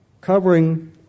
covering